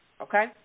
okay